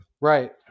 Right